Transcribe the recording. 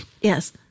Yes